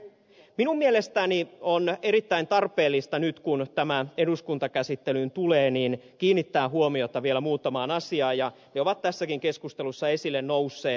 minun mielestäni on erittäin tarpeellista nyt kun tämä eduskuntakäsittelyyn tulee kiinnittää huomiota vielä muutamaan asiaan ja ne ovat tässäkin keskustelussa esille nousseet